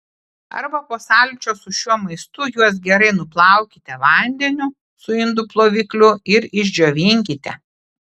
arba po sąlyčio su šiuo maistu juos gerai nuplaukite vandeniu su indų plovikliu ir išdžiovinkite